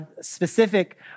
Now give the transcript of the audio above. specific